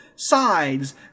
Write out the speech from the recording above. sides